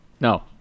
No